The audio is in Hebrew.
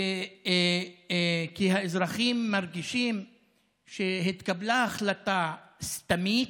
כי האזרחים מרגישים שהתקבלה החלטה סתמית,